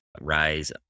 rise